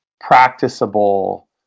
practicable